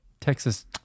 Texas